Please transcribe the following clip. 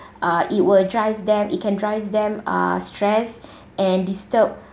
uh it will drive them it can drive them uh stressed and disturbed